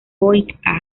clasificado